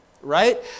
right